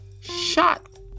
shot